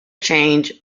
change